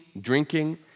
drinking